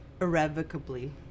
Irrevocably